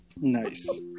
Nice